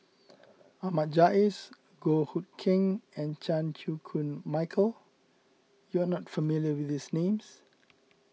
Ahmad Jais Goh Hood Keng and Chan Chew Koon Michael you are not familiar with these names